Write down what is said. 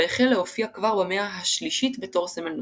והחל להופיע כבר במאה ה-3 בתור סמל נוצרי.